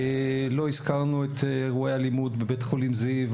לא הזכרנו את אירועי האלימות בבית חולים זיו,